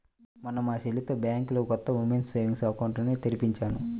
మొన్న మా చెల్లితో బ్యాంకులో కొత్త ఉమెన్స్ సేవింగ్స్ అకౌంట్ ని తెరిపించాను